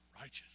Righteous